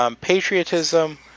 patriotism